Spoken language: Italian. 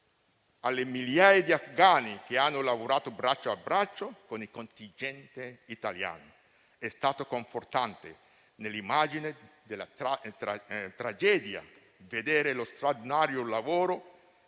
alle migliaia di afghani che hanno lavorato fianco a fianco con il contingente italiano: è stato confortante, nell'immagine della tragedia, vedere lo straordinario lavoro